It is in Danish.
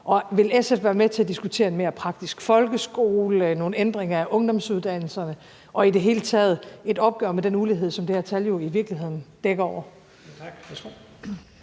vil SF være med til at diskutere en mere praktisk folkeskole, nogle ændringer af ungdomsuddannelserne og i det hele taget et opgør med den ulighed, som det her tal jo i virkeligheden dækker over?